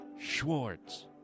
Schwartz